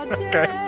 okay